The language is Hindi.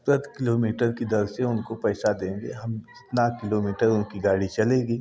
प्रति किलोमीटर कि दर से उनको पैसा देंगे हम उतना किलोमीटर उनकी गाड़ी चलेगी